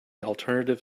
alternative